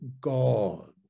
God